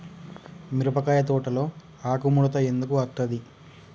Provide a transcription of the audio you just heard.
మిరపకాయ తోటలో ఆకు ముడత ఎందుకు అత్తది?